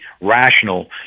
rational